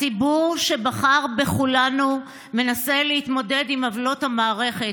הציבור שבחר בכולנו מנסה להתמודד עם עוולות המערכת.